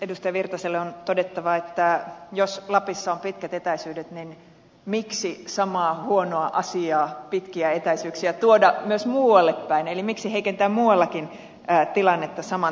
edustaja virtaselle on todettava että jos lapissa on pitkät etäisyydet niin miksi tuoda samaa huonoa asiaa pitkiä etäisyyksiä myös muualle päin eli miksi heikentää muuallakin tilannetta samantyylisesti